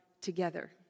together